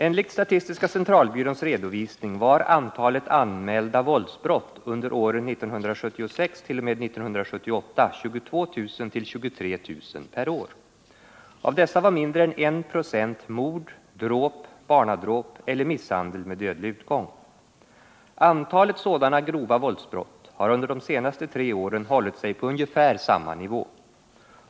Enligt statistiska centralbyråns redovisning var antalet anmälda våldsbrott under åren 1976-1978 22 000-23 000 per år. Av dessa var mindre än 1 96 mord, dråp, barnadråp eller misshandel med dödlig utgång. Antalet sådana grova våldsbrott har under de senaste tre åren hållit sig på ungefär samma nivå.